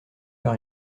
par